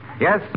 Yes